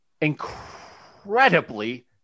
incredibly